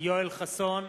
יואל חסון,